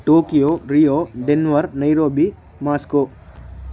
Tokyo rio Denmark Nairobi Moscow